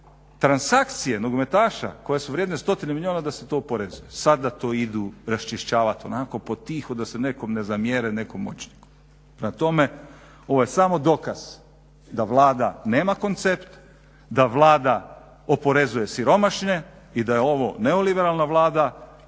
transakcije nogometaša koje su vrijedne stotine milijuna da se to oporezuje. Sada to idu raščišćavat onako potiho da se nekom ne zamjere nekom moćniku. Prema tome, ovo je samo dokaz da Vlada nema koncept, da Vlada oporezuje siromašne i da je ovo neoliberalna Vlada